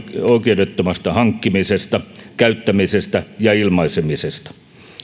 oikeudettomasta hankkimisesta käyttämisestä ja ilmaisemisesta